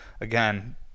again